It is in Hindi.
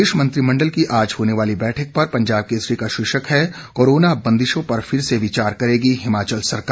प्रदेश मंत्रिमण्डल की आज होने वाली बैठक पर पंजाब केसरी का शीर्षक है कोरोना बंदिशों पर फिर से विचार करेगी हिमाचल सरकार